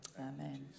Amen